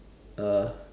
uh